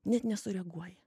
net nesureaguoja